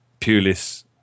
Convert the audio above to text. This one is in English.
Pulis